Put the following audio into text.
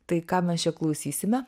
tai ką mes čia klausysime